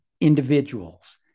individuals